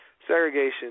segregation